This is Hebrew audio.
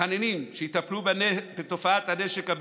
מתחננים שיטפלו בתופעת הנשק הבלתי-חוקי.